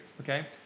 okay